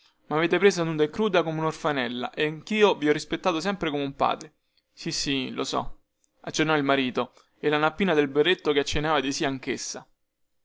mavete presa nuda e cruda come unorfanella e anchio vi ho rispettato sempre come un padre sì sì lo so accennò il marito e la nappina del berretto che accennava di sì anchessa